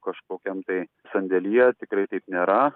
kažkokiam tai sandėlyje tikrai taip nėra